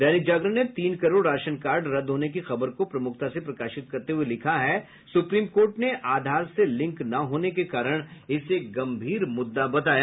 दैनिक जागरण ने तीन crore ration card रद्द होने की खबर को प्रमुखता से प्रकाशित करते हुए लिखा है सुप्रीम कोर्ट ने आधार से लिंक न होने के कारण इसे गंभीर मुद्दा बताया